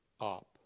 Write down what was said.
up